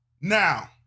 Now